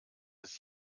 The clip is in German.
des